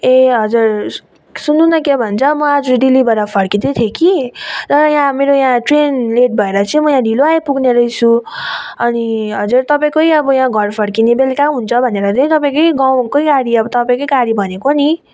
ए हजुर सुन्नु न के भन्छ म आज दिल्लीबाट फर्किँदै थिएँ कि र यहाँ मेरो यहाँ ट्रेन लेट भएर चाहिँ म यहाँ ढिलो आइपुग्ने रहेछु अनि हजुर तपाईँकै अब यहाँ घर फर्किने बेलुका हुन्छ भनेर चाहिँ तपाईँकै गाउँकै गाडी अब तपाईँकै गाडी भनेको नि